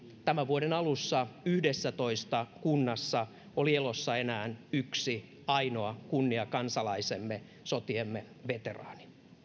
tämän vuoden alussa yhdessätoista kunnassa oli elossa enää yksi ainoa kunniakansalaisemme sotiemme veteraani